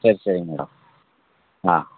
சரி சரிங்க மேடம் ஆ